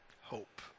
hope